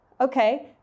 Okay